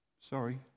Sorry